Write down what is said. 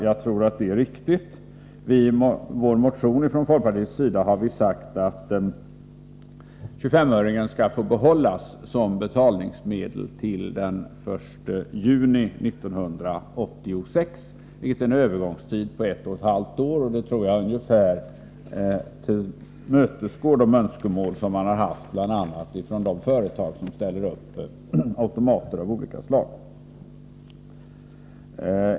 Jag tror att det är riktigt. Vi har från folkpartiet i vår motion sagt att 25-öringen skall få behållas till den 1 juli 1986. Jag tror att man därigenom tillmötesgår önskemålen från bl.a. de företag som ställer upp automater av olika slag.